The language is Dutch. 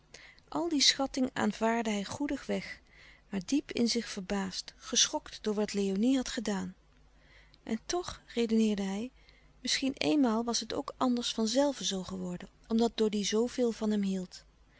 al die schatting aanvaarde hij goedig weg maar diep in zich verbaasd geschokt door wat léonie had gedaan en toch redeneerde hij misschien eenmaal was het ook anders van zelve zoo geworden omdat doddy zoo veel van hem hield